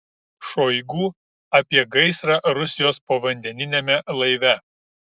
šoigu apie gaisrą rusijos povandeniniame laive